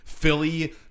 Philly